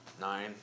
nine